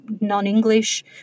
non-English